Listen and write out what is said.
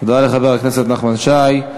תודה לחבר הכנסת נחמן שי.